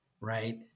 right